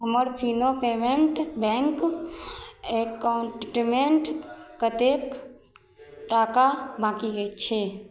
हमर Fino payment bank अकाउंटमे कतेक टाका बाकी अछि छै